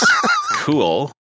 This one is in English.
cool